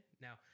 Now